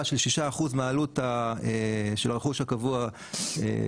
של ששה אחוזים מהעלות של הרכוש הקבוע המופחתת,